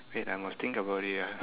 wait I must think about it ah